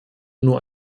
nur